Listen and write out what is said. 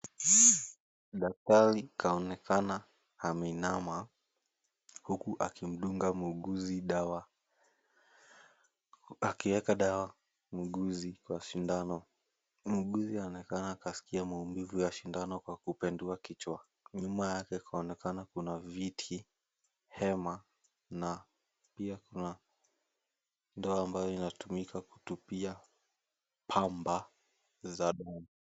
Daktari kaonekana ameinama, huku akimdunga muuguzi dawa. Akiweka dawa muuguzi wa sindano, muuguzi yanaonekana akasikia maumivu ya sindano kwa kupindua kichwa. Nyuma yake kwaonekana kuna viti, hema na pia kuna ndoo ambayo inatumika kutupia pamba za dawa.